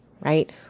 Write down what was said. right